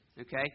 Okay